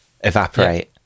evaporate